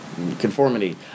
Conformity